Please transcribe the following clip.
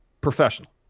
professional